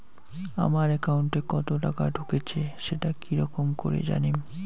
আমার একাউন্টে কতো টাকা ঢুকেছে সেটা কি রকম করি জানিম?